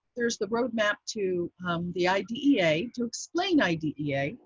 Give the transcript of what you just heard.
there's the road map to the idea to explain idea.